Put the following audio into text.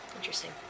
Interesting